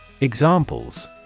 Examples